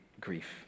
grief